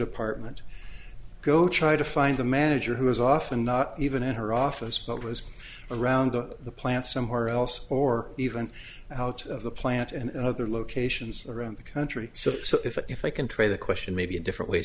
department go try to find the manager who was often not even in her office but was around the plant somewhere else or even out of the plant and other locations around the country so so if i can trade a question maybe a different way